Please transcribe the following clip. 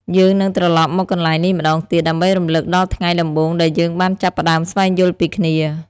យើងនឹងត្រលប់មកកន្លែងនេះម្តងទៀត ដើម្បីរំលឹកដល់ថ្ងៃដំបូងដែលយើងបានចាប់ផ្តើមស្វែងយល់ពីគ្នា។